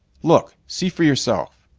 look! see for yourself!